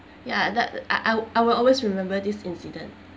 ya that I I I will always remember this incident